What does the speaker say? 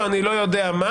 או אני לא יודע מה,